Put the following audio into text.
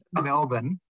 Melbourne